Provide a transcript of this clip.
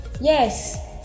yes